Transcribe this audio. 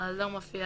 ולא ניתן להביא